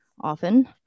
often